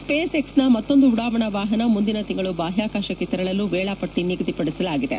ಸ್ವೇಸ್ ಎಕ್ಸ್ನ ಮತ್ತೊಂದು ಉಡಾವಣಾ ವಾಹನ ಮುಂದಿನ ತಿಂಗಳು ಬಾಹ್ಯಾಕಾಶಕ್ಕೆ ತೆರಳಲು ವೇಳಾಪಟ್ಟಿ ನಿಗದಿಪಡಿಸಲಾಗಿದೆ